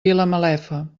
vilamalefa